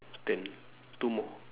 ten two more